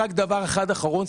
דבר אחד אחרון.